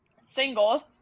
single